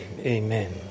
Amen